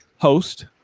host